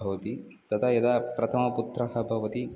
भवति तदा यदा प्रथमपुत्रः भवति